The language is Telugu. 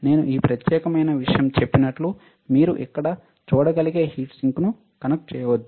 నేను ఈ ప్రత్యేకమైన విషయం చెప్పినట్లు మీరు ఇక్కడ చూడగలిగే హీట్సింక్కు కనెక్ట్ చేయవచ్చు